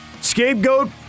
Scapegoat